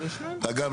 אגב,